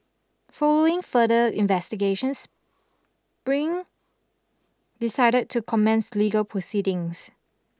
following further investigations spring decided to commence legal proceedings